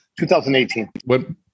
2018